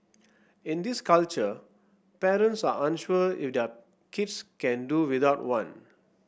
in this culture parents are unsure if their kids can do without one